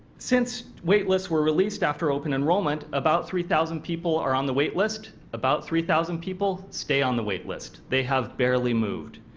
since waitlist were released after open enrollment, about three thousand people are on the waitlist about three thousand people stay on the waitlist. they have barely moved.